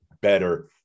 better